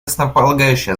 основополагающее